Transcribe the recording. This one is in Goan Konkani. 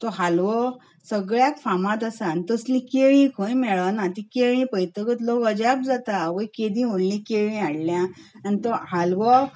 तो हालवो सगळ्याक फामाद आसा आनी तसलीं केळीं खंय मेळनात तीं केळीं पयतकच लोक अजाप जाता आवय केदीं व्हडलीं केळीं हाडल्यात आनी तो हालवो